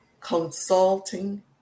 consulting